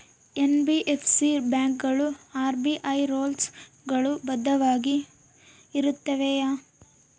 NBFC ಬ್ಯಾಂಕುಗಳು RBI rules ಗಳು ಬದ್ಧವಾಗಿ ಇರುತ್ತವೆಯ?